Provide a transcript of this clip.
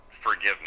forgiveness